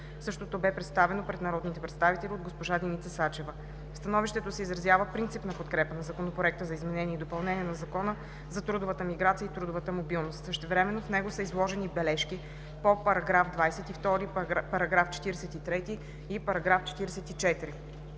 Същото бе представено пред народните представители от госпожа Деница Сачева. В становището се изразява принципна подкрепа на Законопроекта за изменение и допълнение на Закона трудовата миграция и трудовата мобилност. Същевременно в него са изложени бележки по § 22, § 43 и § 44.